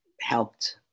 helped